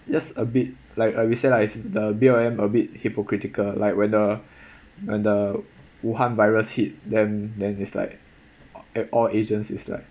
just a bit like like we say lah it's the B_L_M a bit hypocritical like when the when the wuhan virus hit them then it's like all all asians is like